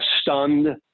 stunned